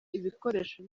ibikoresho